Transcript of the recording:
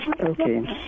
Okay